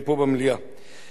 דבר שני,